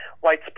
white